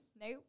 nope